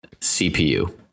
CPU